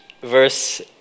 verse